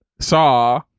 saw